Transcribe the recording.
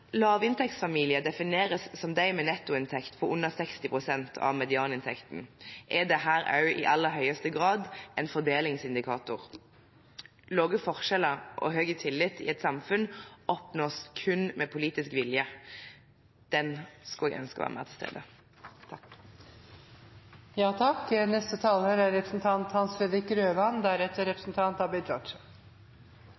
defineres som de med nettoinntekt på under 60 pst. av medianinntekten, er dette også i aller høyeste grad en fordelingsindikator. Små forskjeller og stor tillit i et samfunn oppnås kun med politisk vilje. Den skulle jeg ønske var mer til stede.